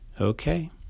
Okay